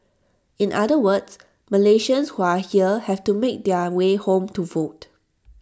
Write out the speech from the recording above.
in other words Malaysians who are here have to make their way home to vote